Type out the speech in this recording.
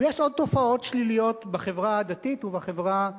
ויש עוד תופעות שליליות בחברה הדתית ובחברה החילונית,